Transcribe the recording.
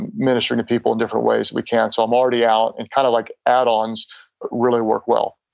and ministering and people in different ways. we can't. so i'm already out, and kind of like add ons really work well